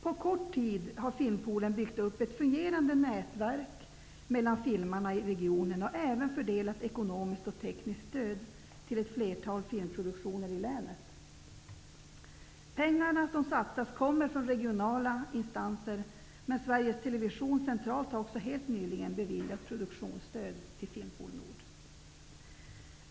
På kort tid har Filmpoolen byggt upp ett fungerande nätverk mellan filmarna i regionen och även fördelat ekonomiskt och tekniskt stöd till ett flertal filmproduktioner i länet. Pengarna som satsats kommer från regionala instanser, men Sveriges Television har centralt också helt nyligen beviljat produktionsstöd till Filmpool Nord.